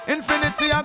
Infinity